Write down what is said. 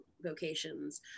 vocations